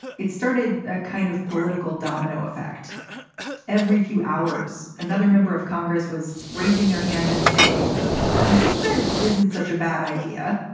it started a kind of political domino effect every few hours. another member of congress was raising their hand and saying impeachment isn't such a bad idea.